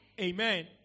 Amen